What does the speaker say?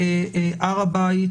הר הבית